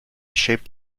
shaped